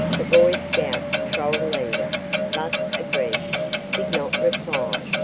the boy scout patrol leader thus addressed did not reply,